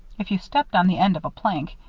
if you stepped on the end of a plank,